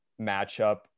matchup